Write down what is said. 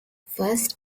first